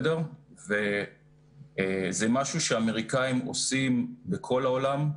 זה משהו שהאמריקאים עושים בכל העולם.